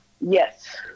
Yes